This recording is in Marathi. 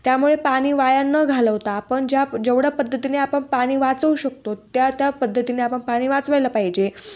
त्यामुळे पाणी वाया न घालवता आपण ज्या जेवढ्या पद्धतीने आपण पाणी वाचवू शकतो त्या त्या पद्धतीने आपण पाणी वाचवायला पाहिजे